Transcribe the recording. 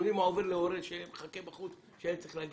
אתם יודעים מה עובר על הורה שמחכה בחוץ לילד שלו